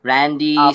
Randy